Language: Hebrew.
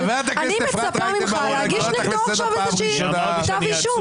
אני מצפה ממך להגיש נגדו עכשיו איזה כתב אישום,